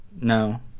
No